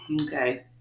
Okay